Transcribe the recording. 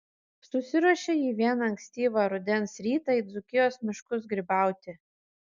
susiruošė ji vieną ankstyvą rudens rytą į dzūkijos miškus grybauti